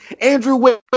Andrew